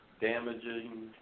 damaging